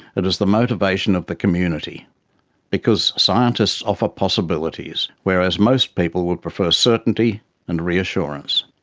it is the motivation of the community because scientists offer possibilities, whereas most people would prefer certainty and reassurance.